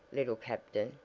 little captain,